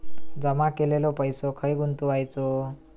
जमा केलेलो पैसो खय गुंतवायचो?